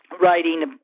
writing